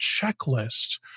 checklist